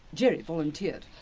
jerry volunteered.